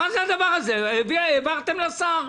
מה זה הדבר הזה "העברתם לשר"?